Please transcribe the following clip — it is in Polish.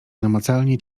namacalnie